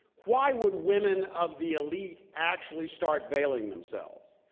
why would women of the elite actually start veiling themselves?